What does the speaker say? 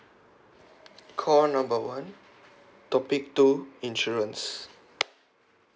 call number one topic two insurance